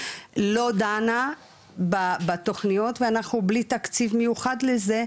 לא דנה בתוכניות ואנחנו בלי תקציב מיוחד לזה,